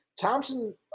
Thompson